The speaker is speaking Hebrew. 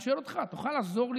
אני שואל אותך: תוכל לעזור לי?